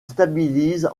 stabilise